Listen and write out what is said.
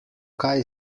kaj